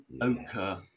ochre